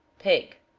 pig.